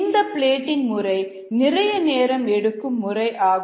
இந்த பிளேடிங் முறை நிறைய நேரம் எடுக்கும் முறை ஆகும்